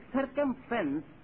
circumference